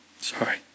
Sorry